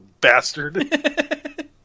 bastard